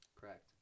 Correct